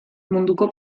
munduko